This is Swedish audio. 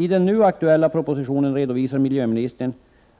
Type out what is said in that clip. I den nu aktuella propositionen redovisar miljöministern